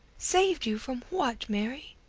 saved you from what, mary?